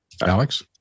Alex